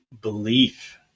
belief